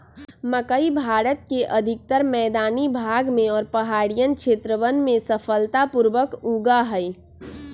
मकई भारत के अधिकतर मैदानी भाग में और पहाड़ियन क्षेत्रवन में सफलता पूर्वक उगा हई